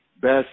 best